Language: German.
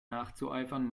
nachzueifern